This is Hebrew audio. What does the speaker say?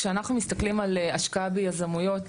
כשאנחנו מסתכלים על השקעה ביזמויות,